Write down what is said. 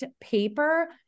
paper